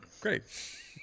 Great